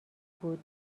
بود